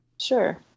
Sure